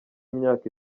imyaka